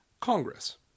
Congress